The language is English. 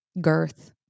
Girth